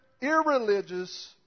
irreligious